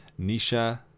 Nisha